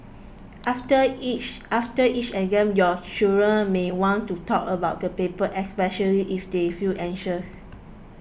after each after each exam your children may want to talk about the paper especially if they feel anxious